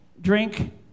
drink